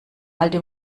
alte